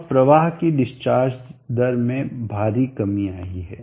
अब प्रवाह की डिस्चार्ज दर में भारी कमी आई है